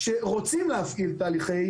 שרוצים להפעיל תהליכי